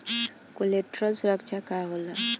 Collateral सुरक्षा का होला?